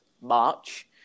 March